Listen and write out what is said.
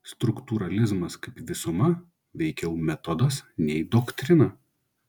struktūralizmas kaip visuma veikiau metodas nei doktrina